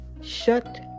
shut